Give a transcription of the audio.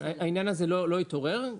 העניין הזה לא התעורר,